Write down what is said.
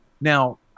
now